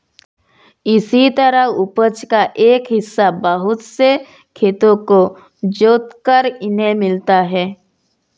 इसी तरह उपज का एक हिस्सा बहुत से खेतों को जोतकर इन्हें मिलता है